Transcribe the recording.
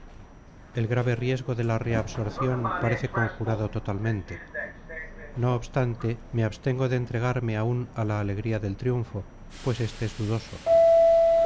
el grave riesgo de la reabsorción parece conjurado totalmente no obstante me abstengo de entregarme aún a la alegría del triunfo pues este es dudoso